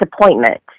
disappointment